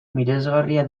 miresgarria